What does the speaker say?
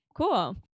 Cool